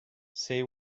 say